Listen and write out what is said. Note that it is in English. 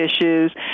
issues